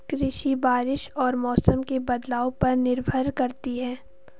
कृषि बारिश और मौसम के बदलाव पर निर्भर करती है